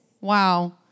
Wow